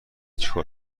چیکار